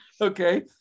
Okay